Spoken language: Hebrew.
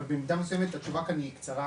אבל במידה מסוימת התשובה כאן היא קצרה